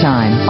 Time